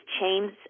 chains